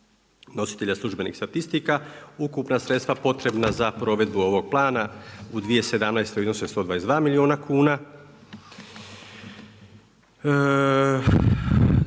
nositelja službenih statistika. Ukupna sredstva potrebna za provedbu ovog plana u 2017. iznose 122 milijuna kuna.